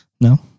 No